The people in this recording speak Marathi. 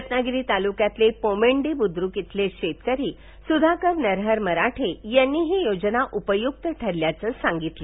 रत्नागिरी तालुक्यातले पोमेंडी बुद्रुक इथले शेतकरी सुधाकर नरहर मराठे यांनी ही योजना उपयुक्त ठरल्याचं सांगितलं